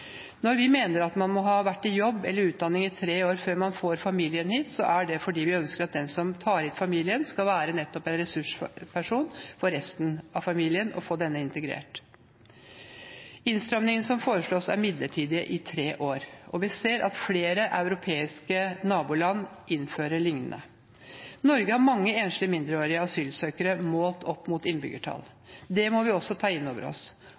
Når vi mener at man må ha vært i jobb eller under utdanning i tre år før man får familien hit, er det fordi vi ønsker at den som tar hit familien, skal være en ressursperson for resten av familien og få denne integrert. Innstramningene som foreslås, er midlertidige i tre år, og vi ser at flere europeiske naboland innfører lignende innstramninger. Norge har mange enslige mindreårige asylsøkere målt opp mot innbyggertall. Det må vi også ta inn over oss.